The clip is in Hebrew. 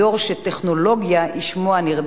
בדור שטכנולוגיה היא שמו הנרדף,